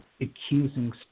accusing